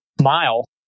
mile